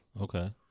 Okay